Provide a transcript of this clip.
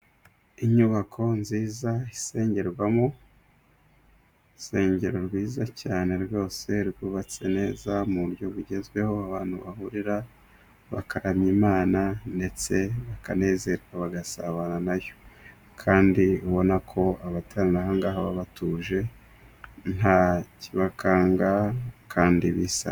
Inyubako nziza isengerwamo, urusengero rwiza cyane rwose rwubatse neza mu buryo bugezweho, abantu bahahurira bakaramya Imana, ndetse bakanezerwa bagasabana na yo, kandi ubona ko aha hanga baba batuje nta kibakanga kandi bisa.